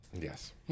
Yes